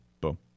boom